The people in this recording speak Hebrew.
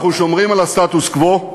אנחנו שומרים על הסטטוס-קוו,